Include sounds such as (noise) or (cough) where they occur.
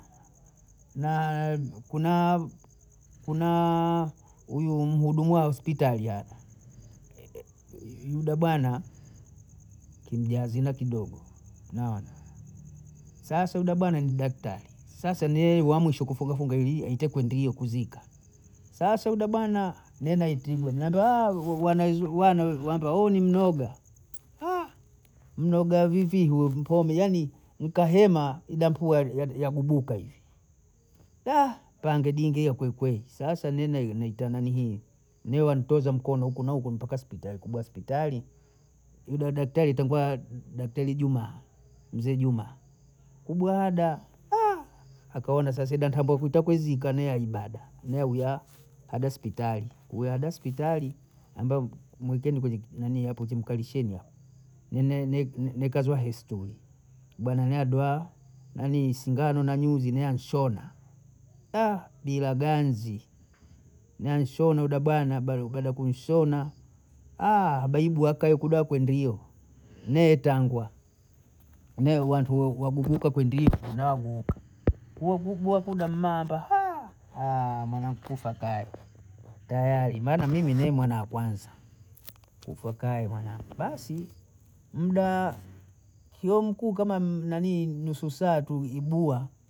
Na (hesitation) kuna (hesitation) kunaa huyu mhudumu wa ospitali yako, (hesitation) yuda bana kimjazina kidogo naona, sasa yuda bwana ni daktari, sasa ni yeye wa mwisho kufungafunga ihi aite kwendie kuzika, sasa yuda bwana mi naitigwa mwambia (hesitation) wana (hesitation) wambia we ni muoga (hesitation) mloga vipi hu mpome yani mkahema yida pua (hesitation) yagubuka hivi (hesitation) twange dingia kwelikweli, sasa nineyo nita nanihii mi wantoza mkono huku na huku mpaka spitali kubwa spitali ida daktari itengwa (hesitation) daktari juma mzee juma kubwada (hesitation) akaona saa saba ntambwa kuita kuzika miaya ya ibada, mauya kaenda spitali wiyaaba spitali (hesitation) ambwa mwekeni kwenye (hesitation) ki- kinanii hapo mkalisheni hapo, ninene (hesitation) nekazwa hi stuli bwana nae dwa nanii sindano na nyuzi nianshona (hesitation) bila ganzi, nenshona ba bwana baada ya kuda kunshona (hesitation) baibu aka ukuda kwendio, mie tangwa, mie wantu wabunduka kwendio naaguka kuagubo kuda mmamba (hesitation) mwanangu kufa kaya, tayari maana mi mwana akwanza, kufa kaya mwanangu, basi muda kie mkuu kama (hesitation) m- mnanii nusu saa tu ibua